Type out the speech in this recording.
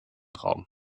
raum